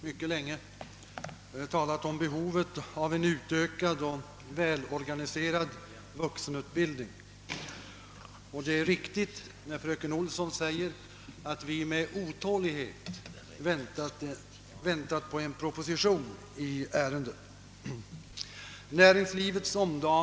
Herr talman! Vi har mycket länge talat om behovet av en utökad och väl organiserad vuxenutbildning. Som fröken Olsson sade har vi med otålighet väntat på en proposition i ärendet.